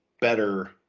better